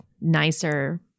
nicer